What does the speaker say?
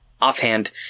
offhand